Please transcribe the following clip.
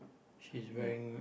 she's wearing